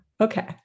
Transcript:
okay